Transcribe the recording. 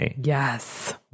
Yes